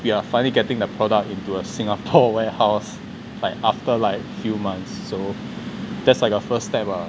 we are finally getting the product into a singapore warehouse like after like few months so that's like a first step ah